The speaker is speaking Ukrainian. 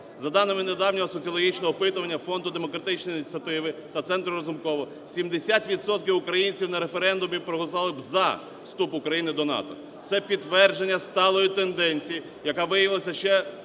За даними недавнього соціологічного опитування Фонду демократичної ініціативи та Центру Разумкова, 70 відсотків українців на референдумі проголосували б за вступ України до НАТО. Це підтвердження сталої тенденції, яка виявилася ще